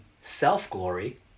self-glory